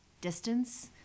distance